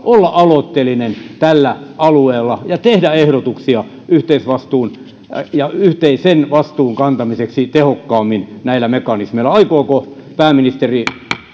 olla aloitteellinen tällä alueella ja tehdä ehdotuksia yhteisvastuun ja yhteisen vastuun kantamiseksi tehokkaammin näillä mekanismeilla aikooko pääministeri